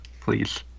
please